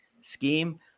scheme